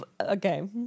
Okay